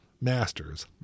Masters